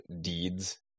deeds